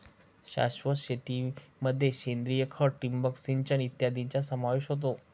शाश्वत शेतीमध्ये सेंद्रिय खत, ठिबक सिंचन इत्यादींचा समावेश होतो